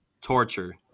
torture